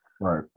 Right